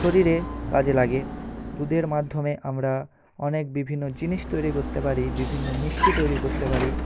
শরীরে কাজে লাগে দুধের মাধ্যমে আমরা অনেক বিভিন্ন জিনিস তৈরি করতে পারি বিভিন্ন মিষ্টি তৈরি করতে পারি